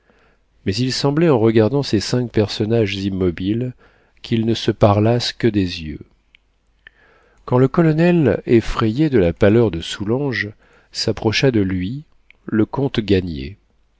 mais il semblait en regardant ces cinq personnages immobiles qu'ils ne se parlassent que des yeux quand le colonel effrayé de la pâleur de soulanges s'approcha de lui le comte gagnait